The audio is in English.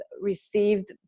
received